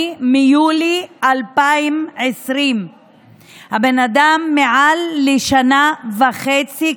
מיולי 2020. הבן אדם מעל לשנה וחצי,